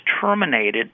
terminated